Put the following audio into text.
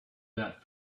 that